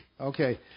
Okay